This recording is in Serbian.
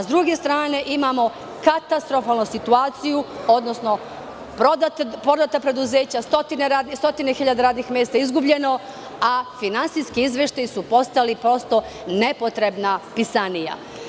Sa druge strane, imamo katastrofalnu situaciju, odnosno prodata preduzeća, stotine hiljada radnih mesta je izgubljeno, a finansijski izveštaji su postali prosto nepotrebna pisanija.